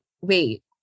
wait